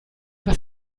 was